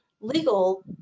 legal